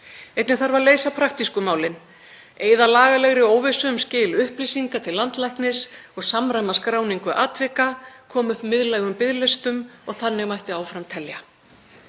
Einnig þarf að leysa praktísku málin, eyða lagalegri óvissu um skil upplýsinga til landlæknis og samræma skráningu atvika, koma upp miðlægum biðlistum og þannig mætti áfram telja.